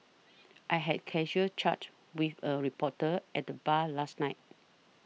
I had casual chat with a reporter at the bar last night